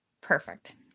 Perfect